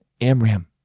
Amram